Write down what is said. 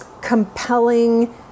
compelling